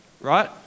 right